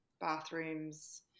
bathrooms